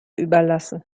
überlassen